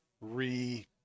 re